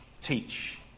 teach